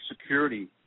security